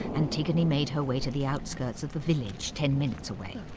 antigone made her way to the outskirts of the village, ten minutes away,